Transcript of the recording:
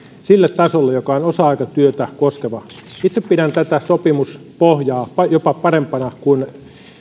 sille tasolle joka on osa aikatyötä koskeva itse pidän tätä sopimuspohjaa jopa parempana kuin